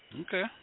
Okay